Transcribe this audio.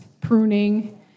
pruning